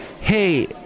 Hey